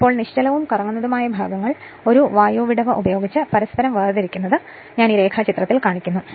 ഇപ്പോൾ നിശ്ചലവും കറങ്ങുന്നതുമായ ഭാഗങ്ങൾ ഒരു വായു വിടവ് ഉപയോഗിച്ച് പരസ്പരം വേർതിരിക്കുന്നത് ഞാൻ ഈ രേഖാചിത്രത്തിൽ കാണിക്കുന്നു